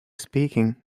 speaking